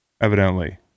evidently